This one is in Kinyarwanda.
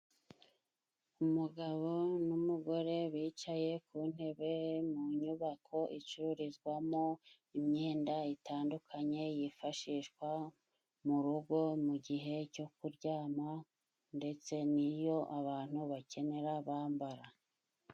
Umugabo n'umugore bicaye ku ntebe mu nyubako icururizwamo imyenda itandukanye yifashishwa murugo mu gihe cyo kuryama ndetse n'iyo abantu bakenera bambara.